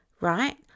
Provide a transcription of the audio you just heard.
right